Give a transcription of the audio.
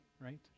right